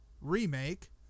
remake